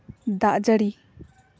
ᱫᱟᱜ ᱡᱟᱹᱲᱤ